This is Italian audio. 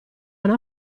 una